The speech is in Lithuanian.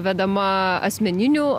vedama asmeninių